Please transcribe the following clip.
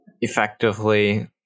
effectively